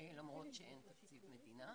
למרות שאין תקציב מדינה.